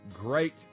great